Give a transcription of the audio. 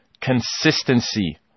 consistency